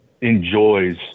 enjoys